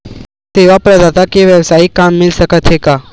सेवा प्रदाता के वेवसायिक काम मिल सकत हे का?